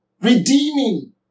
redeeming